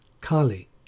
Kali